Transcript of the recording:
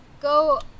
Go